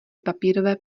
papírové